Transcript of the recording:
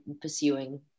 pursuing